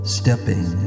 stepping